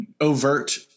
overt